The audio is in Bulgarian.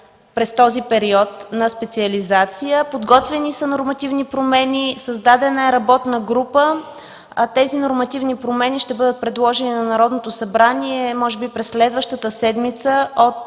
през периода на специализация, подготвени са нормативни промени, създадена е работна група. Тези нормативни промени ще бъдат предложени на Народното събрание може би през следващата седмица от